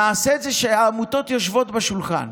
נעשה את זה כשהעמותות יושבות ליד השולחן.